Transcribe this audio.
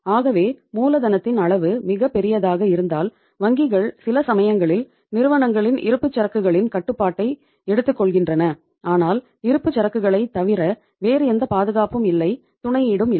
ஆகவே மூலதனத்தின் அளவு மிகப் பெரியதாக இருந்தால் வங்கிகள் சில சமயங்களில் நிறுவனங்களின் இருப்புச்சரக்குகளின் கட்டுப்பாட்டை எடுத்துக்கொள்கின்றன ஆனால் இருப்புச்சரக்குகளைத் தவிர வேறு எந்த பாதுகாப்பும் இல்லை துணை ஈடும் இல்லை